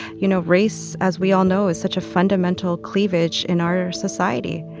you know, race, as we all know, is such a fundamental cleavage in our society.